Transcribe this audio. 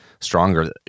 stronger